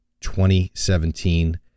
2017